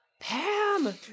Pam